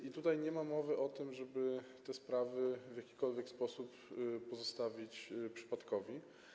I tutaj nie ma mowy o tym, żeby te sprawy w jakikolwiek sposób pozostawić przypadkowi.